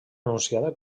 anunciada